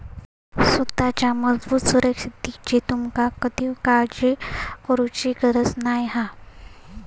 सुताच्या मजबूत सुरक्षिततेची तुमका कधीव काळजी करुची गरज नाय हा